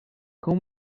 cão